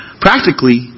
Practically